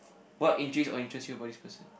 what intrigues or interests you about this person